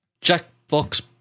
Jackbox